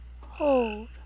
Hold